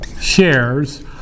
Shares